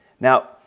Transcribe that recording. Now